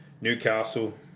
Newcastle